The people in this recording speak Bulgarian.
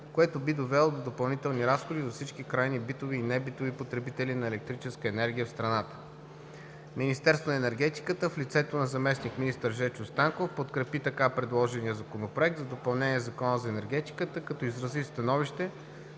което би довело до допълнителни разходи за всички крайни битови и небитови потребители на електрическа енергия в страната. Министерство на енергетиката, в лицето на заместник-министър Жечо Станков подкрепи така предложения Законопроект за допълнение на Закона за енергетиката като изрази становище,